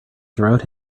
throughout